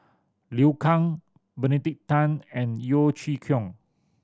Liu Kang Benedict Tan and Yeo Chee Kiong